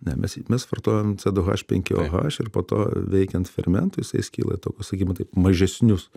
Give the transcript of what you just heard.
ne mes mes vartojam c du h penki o h ir po to veikiant fermentui jisai skyla į tokius sakykime taip mažesnius